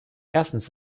erstens